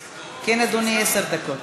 אדוני, עשר דקות.